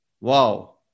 Wow